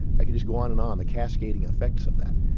i could just go on and on, the cascading effects of that.